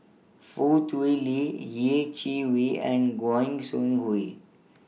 Foo Tui Liew Yeh Chi Wei and Goi Seng Hui